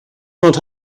not